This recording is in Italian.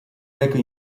reca